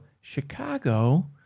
Chicago